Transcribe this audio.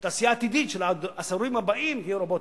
התעשייה העתידית של העשורים הבאים תהיה רובוטים.